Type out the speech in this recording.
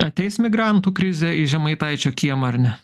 ateis migrantų krizė į žemaitaičio kiemą ar ne